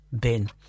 bin